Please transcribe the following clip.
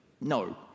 no